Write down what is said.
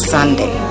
Sunday